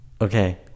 Okay